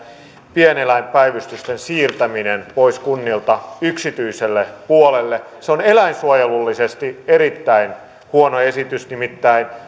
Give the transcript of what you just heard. pieneläinpäivystysten siirtäminen pois kunnilta yksityiselle puolelle se on eläinsuojelullisesti erittäin huono esitys nimittäin